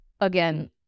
again